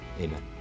Amen